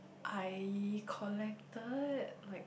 I collected like